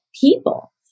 people